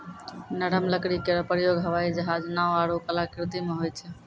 नरम लकड़ी केरो प्रयोग हवाई जहाज, नाव आरु कलाकृति म होय छै